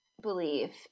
believe